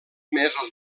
mesos